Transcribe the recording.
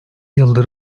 yıldır